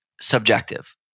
subjective